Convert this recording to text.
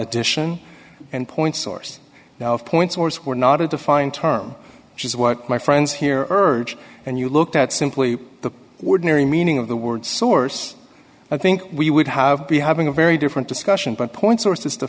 edition and point source of point source were not a defined term which is what my friends here urge and you looked at simply the ordinary meaning of the word source i think we would have be having a very different discussion but point source